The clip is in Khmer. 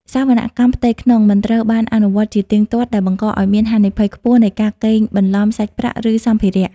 សវនកម្មផ្ទៃក្នុង មិនត្រូវបានអនុវត្តជាទៀងទាត់ ដែលបង្កឱ្យមានហានិភ័យខ្ពស់នៃការកេងបន្លំសាច់ប្រាក់ ឬសម្ភារៈ។